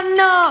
no